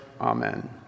Amen